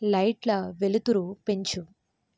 లైట్ల వెలుతురు పెంచు